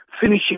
finishing